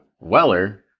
Weller